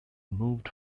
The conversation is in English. moved